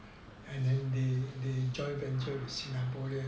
and then they they joint venture with singaporean